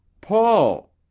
paul